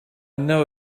know